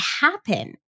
happen